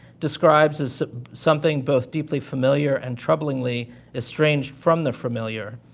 describes as something both deeply familiar and troublingly estranged from the familiar,